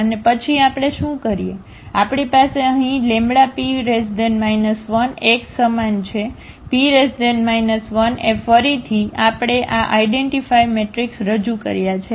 અને પછી આપણે શું કરીએ આપણી પાસે અહીં λP 1x સમાન છેP 1 એ ફરીથી આપણે આ આઇડેન્ટીફાય મેટ્રિક્સ રજૂ કર્યા છે